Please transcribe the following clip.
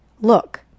Look